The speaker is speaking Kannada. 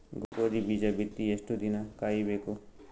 ಗೋಧಿ ಬೀಜ ಬಿತ್ತಿ ಎಷ್ಟು ದಿನ ಕಾಯಿಬೇಕು?